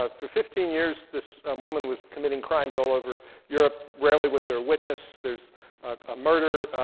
ah for fifteen years, this um woman was committing crimes all over europe. rarely was there a witness. there's a murder.